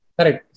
Correct